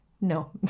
No